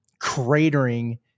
cratering